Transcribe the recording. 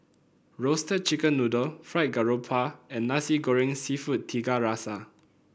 Roasted Chicken Noodle Fried Garoupa and Nasi Goreng seafood Tiga Rasa